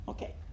Okay